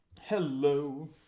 Hello